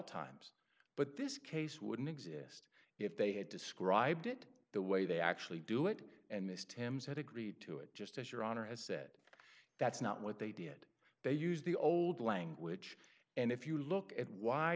times but this case wouldn't exist if they had described it the way they actually do it and missed him set agreed to it just as your honor has said that's not what they did they used the old language and if you look at why